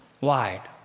wide